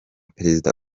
perezida